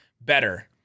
better